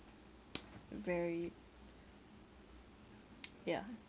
very ya